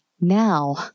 now